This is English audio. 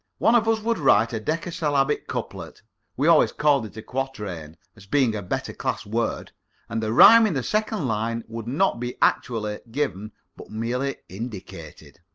one of us would write a deccasyllabic couplet we always called it a quatrain, as being a better-class word and the rhyme in the second line would not be actually given but merely indicated.